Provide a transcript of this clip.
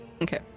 Okay